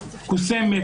כוסמת,